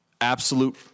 absolute